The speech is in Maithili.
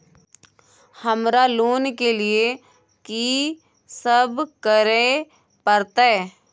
हमरा लोन के लिए की सब करे परतै?